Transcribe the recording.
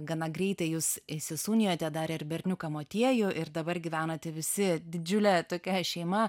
gana greitai jūs įsisūnijote dar ir berniuką motiejų ir dabar gyvenate visi didžiulė tokia šeima